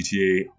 GTA